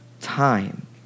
time